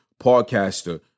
podcaster